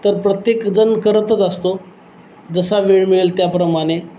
तर प्रत्येकजण करतच असतो जसा वेळ मिळेल त्याप्रमाणे